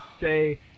say